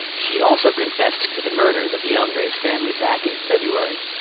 she also confessed to the murders of the andres family back in february.